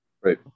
Right